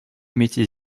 mettez